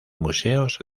museos